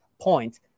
point